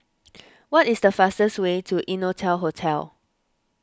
what is the fastest way to Innotel Hotel